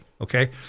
Okay